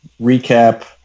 recap